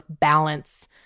balance